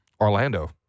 Orlando